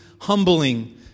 humbling